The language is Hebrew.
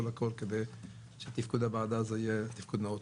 הכול כדי שתפקוד הוועדה הזאת יהיה תפקוד נאות.